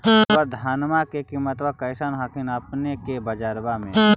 अबर धानमा के किमत्बा कैसन हखिन अपने के बजरबा में?